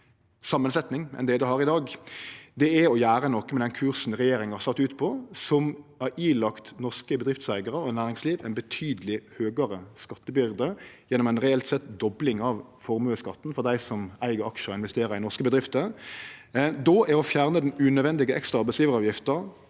samansetjing enn det det har i dag, er å gjere noko med den kursen regjeringa har staka ut, som har ilagt norske bedriftseigarar og næringsliv ei betydeleg høgare skattebyrde gjennom ei reelt sett dobling av formuesskatten for dei som eig aksjar og investerer i norske bedrifter. Då er det å fjerne den unødvendige ekstra arbeidsgjevaravgifta